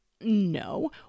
no